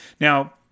Now